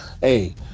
hey